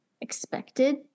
expected